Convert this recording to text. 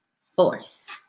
Force